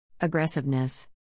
Aggressiveness